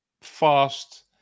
fast